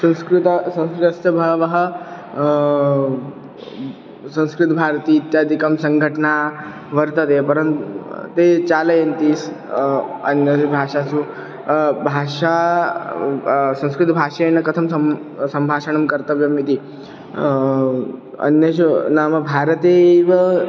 संस्कृतं संस्कृतस्य बहवः संस्कृतभारती इत्यादिसङ्घटनाः वर्तन्ते परन्तु ते चालयन्ति अन्यासु भाषासु भाषा संस्कृतभाषणे कथं सः सम्भाषणं कर्तव्यम् इति अन्येषु नाम भारते एव